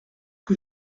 que